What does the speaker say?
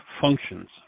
functions